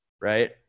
right